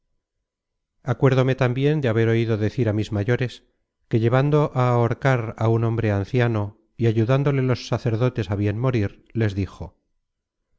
acuérdome tambien de haber oido decir á mis mayores que llevando á ahorcar á un hombre anciano y ayudándole los sacerdotes á bien morir les dijo